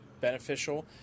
beneficial